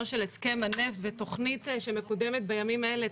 של הסכם הנפט ותכנית שמקודמת בימים אלה,